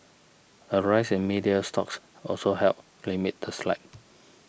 a rise in media stocks also helped limit the slide